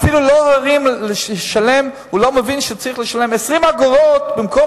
הוא אפילו לא מבין שהוא צריך לשלם 20 אגורות במקום